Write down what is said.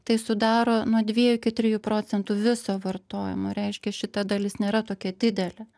tai sudaro nuo dviejų iki trijų procentų viso vartojimo reiškia šita dalis nėra tokia didelė